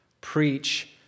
preach